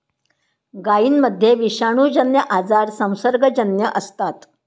गायींमध्ये विषाणूजन्य आजार संसर्गजन्य असतात